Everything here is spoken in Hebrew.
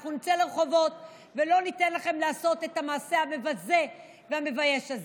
אנחנו נצא לרחובות ולא ניתן לכם לעשות את המעשה המבזה והמבייש הזה.